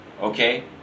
okay